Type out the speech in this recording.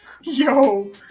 yo